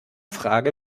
frage